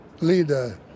leader